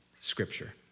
scripture